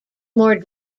more